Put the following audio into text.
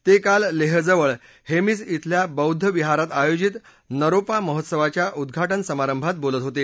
ते काल लेहजवळ हेमिस धिल्या बौद्धविहारात आयोजित नरोपा महोत्सावाच्या उद्घाटन समारंभात बोलत होते